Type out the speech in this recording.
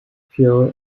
pure